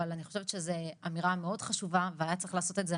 אבל אני חושבת שזאת אמירה מאוד חשובה והיה צריך לעשות את זה.